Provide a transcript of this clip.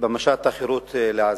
במשט החירות לעזה.